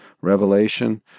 revelation